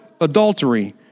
adultery